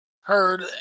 heard